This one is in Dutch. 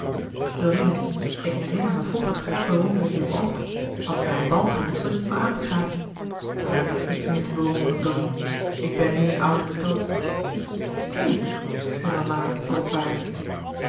dorine ik herinner me vroeger bewonderde je me ook als ik naar een bal ging stond je me aan te gapen maar er is niets meer te bewonderen dorine ik ben nu een oude toot kind zei mama